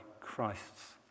Christ's